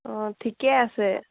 অঁ ঠিকে আছে